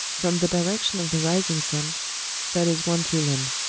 from the direction of the rising sun that is one tulan.